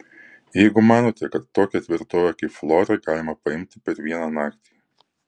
jeigu manote kad tokią tvirtovę kaip flora galima paimti per vieną naktį